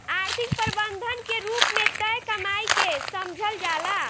आर्थिक प्रबंधन के रूप में तय कमाई के समझल जाला